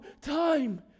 time